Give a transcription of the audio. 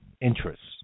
interests